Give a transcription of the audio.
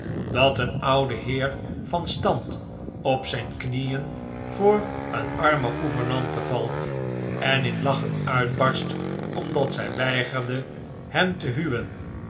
dat een oude heer van stand op zijn knieen voor een arme gouvernante valt en in lachen uitbarst omdat zij weigerde hem te huwen